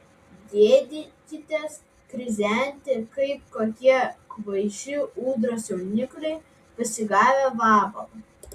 gėdykitės krizenti kaip kokie kvaiši ūdros jaunikliai pasigavę vabalą